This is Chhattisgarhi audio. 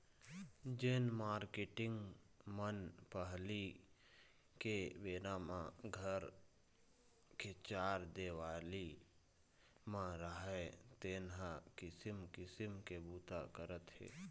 जेन मारकेटिंग मन पहिली के बेरा म घर के चार देवाली म राहय तेन ह किसम किसम के बूता करत हे